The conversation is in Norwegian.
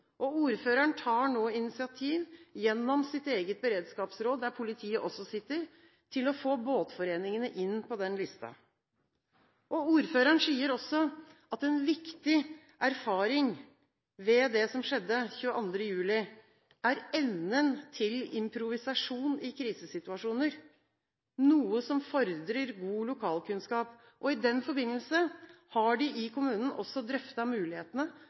Ordføreren tar nå initiativ gjennom sitt eget beredskapsråd, der politiet også sitter, til å få båtforeningene inn på den lista. Ordføreren sier også at en viktig erfaring av det som skjedde 22. juli 2011, er evnen til improvisasjon i krisesituasjoner, noe som fordrer god lokalkunnskap. I den forbindelse har de i kommunen også drøftet mulighetene